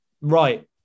Right